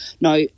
Now